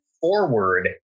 forward